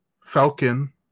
Falcon